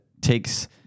takes